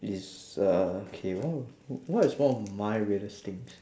it's a K what what is one of my weirdest things